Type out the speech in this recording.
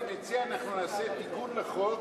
אני מציע שאנחנו נעשה תיקון לחוק,